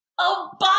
Obama